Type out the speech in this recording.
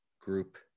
group